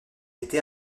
était